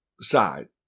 side